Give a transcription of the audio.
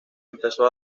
empezó